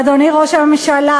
אדוני ראש הממשלה,